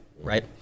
right